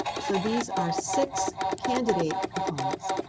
so these are six candidate components.